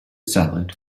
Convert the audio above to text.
salad